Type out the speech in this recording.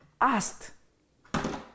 asked